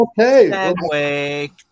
Okay